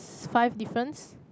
five difference